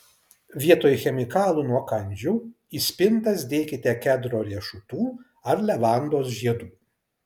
vietoj chemikalų nuo kandžių į spintas dėkite kedro riešutų ar levandos žiedų